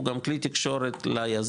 הוא גם כלי תקשורת ליזם,